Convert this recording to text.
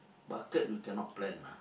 bucket you cannot plan lah